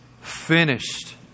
finished